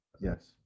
Yes